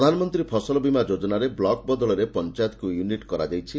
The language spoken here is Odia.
ପ୍ରଧାନମନ୍ତୀ ଫସଲ ବୀମା ଯୋଜନାରେ ବ୍ଲକ ବଦଳରେ ପଞାୟତକୁ ୟୁନିଟ୍ କରାଯାଇଛି